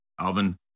Alvin